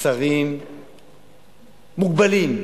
השרים מוגבלים.